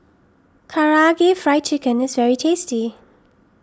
Karaage Fried Chicken is very tasty